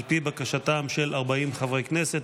על פי בקשתם של 40 חברי כנסת.